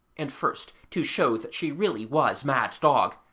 and, first, to show that she really was mad-dog,